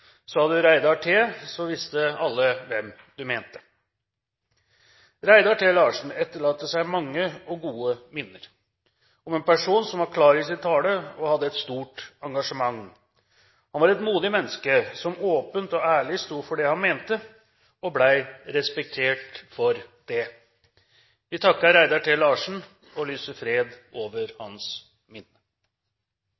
Reidar T., visste alle hvem man mente. Reidar T. Larsen etterlater seg mange og gode minner om en person som var klar i sin tale og hadde et stort engasjement. Han var et modig menneske som åpent og ærlig sto for det han mente – og ble respektert for det. Vi takker Reidar T. Larsen og lyser fred over